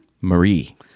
marie